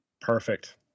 Perfect